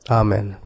amen